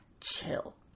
chill